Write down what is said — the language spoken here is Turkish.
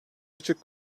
açık